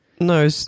No